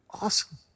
awesome